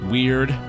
Weird